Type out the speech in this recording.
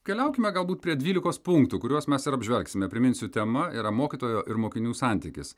keliaukime galbūt prie dvylikos punktų kuriuos mes ir apžvelgsime priminsiu tema yra mokytojo ir mokinių santykis